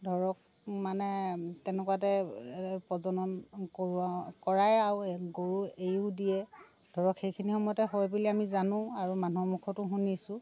ধৰক মানে তেনেকুৱাতে প্ৰজনন কৰোৱাওঁ কৰায় আৰু গৰু এৰিও দিয়ে ধৰক সেইখিনি সময়তে হয় বুলি আমি জানোঁ আৰু মানুহৰ মুখটো শুনিছোঁ